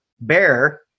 Bear